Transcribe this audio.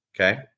Okay